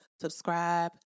subscribe